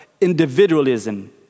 individualism